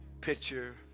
picture